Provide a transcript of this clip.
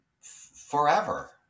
forever